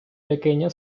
pequeño